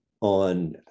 on